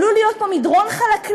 עלול להיות פה מדרון חלקלק,